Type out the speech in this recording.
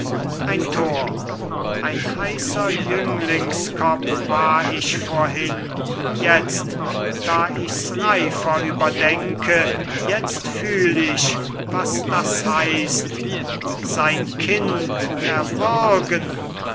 ein thor ein heißer jünglingskopf war ich vorhin jetzt da ich's reifer überdenke jetzt fühl ich was das heißt sein kind erwürgen